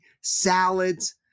salads